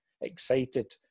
excited